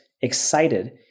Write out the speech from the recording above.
excited